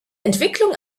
entwicklung